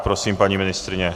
Prosím, paní ministryně.